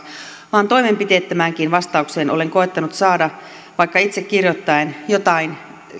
vaan toimenpiteettömäänkin vastaukseen olen koettanut saada vaikka itse kirjoittaen jotain